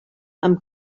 amb